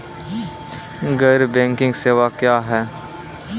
गैर बैंकिंग सेवा क्या हैं?